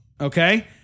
okay